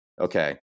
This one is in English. Okay